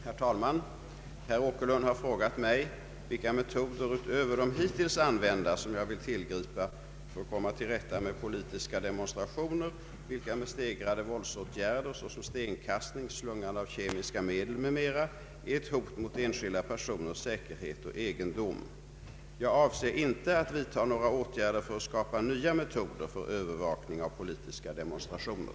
Herr talman! Herr Åkerlund har frågat mig vilka metoder utöver de hittills använda som jag vill tillgripa för att komma till rätta med politiska demonstrationer, vilka med <stegrade våldsåtgärder såsom stenkastning, slungande av kemiska medel m.m. är ett hot mot enskilda personers säkerhet och egendom. Jag avser inte att vidta några åtgärder för att skapa nya metoder för övervakning av politiska demonstrationer.